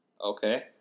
Okay